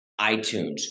iTunes